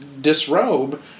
disrobe